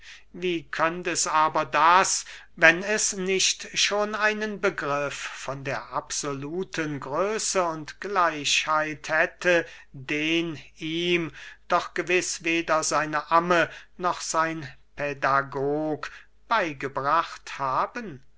wie könnt es aber das wenn es nicht schon einen begriff von der absoluten größe und gleichheit hätte den ihm doch gewiß weder seine amme noch sein pädagog beygebracht haben